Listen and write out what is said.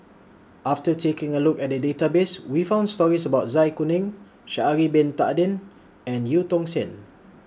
after taking A Look At The Database We found stories about Zai Kuning Sha'Ari Bin Tadin and EU Tong Sen